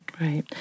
Right